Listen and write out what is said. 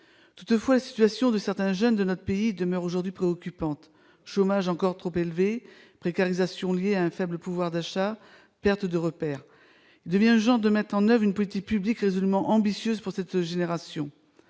Toutefois, la situation de certains jeunes de notre pays demeure aujourd'hui préoccupante : chômage encore trop élevé, précarisation liée à un faible pouvoir d'achat, perte de repères. Il devient urgent de mettre en oeuvre une politique publique résolument ambitieuse pour cette génération.